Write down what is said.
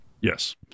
Yes